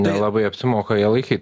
nelabai apsimoka ją laikyt